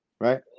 right